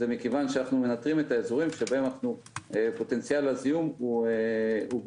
זה מכיוון שאנחנו מנטרים את האזורים שבהם פוטנציאל הזיהום הוא גבוה.